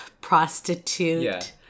prostitute